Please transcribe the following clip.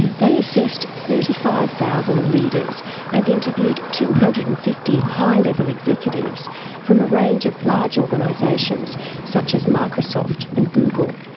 they assessed thirty five thousand leaders and interviewed two hundred and fifty high-level executives from a range of large organisations such as microsoft and google.